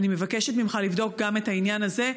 אני מבקשת ממך לבדוק גם את העניין הזה.